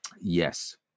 Yes